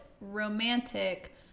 romantic